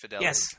Yes